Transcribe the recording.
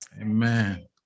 amen